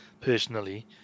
personally